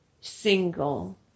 single